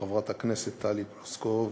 חברת הכנסת טלי פלוסקוב,